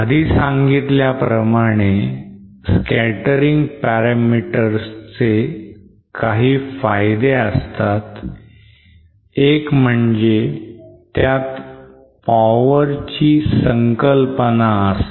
आधी सांगितल्या प्रमाणे scattering parameters काही फायदे असतात एक म्हणजे त्यात power ची संकल्पना असते